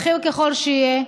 בכיר ככל שיהיה,